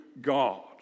God